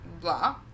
blah